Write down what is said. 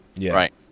Right